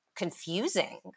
confusing